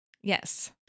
Yes